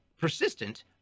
persistent